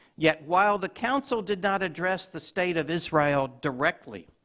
yet, while the council did not address the state of israel directly,